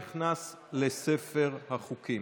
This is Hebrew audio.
נכנס לספר החוקים,